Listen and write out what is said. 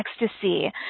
ecstasy